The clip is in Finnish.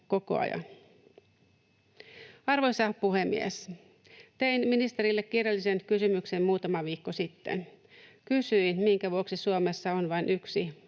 koko ajan. Arvoisa puhemies! Tein ministerille kirjallisen kysymyksen muutama viikko sitten. Kysyin, minkä vuoksi Suomessa on vain yksi